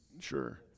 Sure